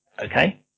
okay